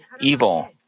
evil